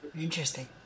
Interesting